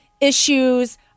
issues